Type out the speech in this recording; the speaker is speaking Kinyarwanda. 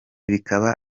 bikaba